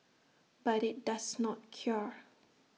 but IT does not cure